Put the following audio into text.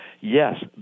Yes